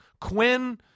Quinn